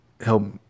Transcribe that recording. help